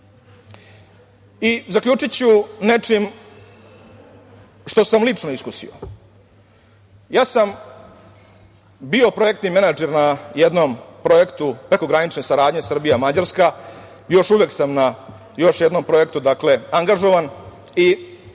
partnera. Zaključiću nečim što sam lično iskusio. Ja sam bio projektni menadžer na jednom projektu prekogranične saradnje Srbija-Mađarska i još uvek sam na još jednom projektu angažovan i